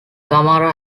tamara